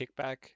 kickback